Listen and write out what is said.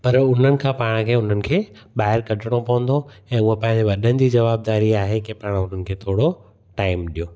पर उन्हनि खां पाण खे उन्हनि खे ॿाहिरि कढणो पवंदो ऐं उहा पंहिंजे वॾनि जी जवाबदारी आहे की पाण उन्हनि खे थोरो टाइम ॾियो